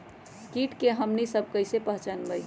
किट के हमनी सब कईसे पहचान बई?